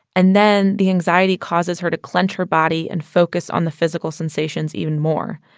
and then the anxiety causes her to clench her body and focus on the physical sensations even more.